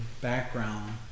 background